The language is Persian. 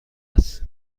است